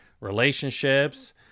relationships